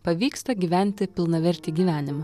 pavyksta gyventi pilnavertį gyvenimą